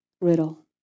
riddle